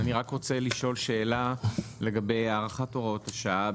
אני רק רוצה לשאול שאלה לגבי הארכת הוראות השעה.